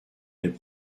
les